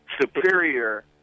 superior